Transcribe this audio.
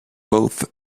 both